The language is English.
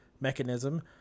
mechanism